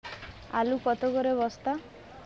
আলু কত করে বস্তা?